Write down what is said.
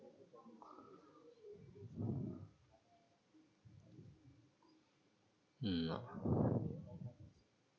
mm